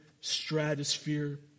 stratosphere